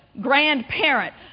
grandparent